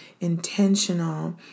intentional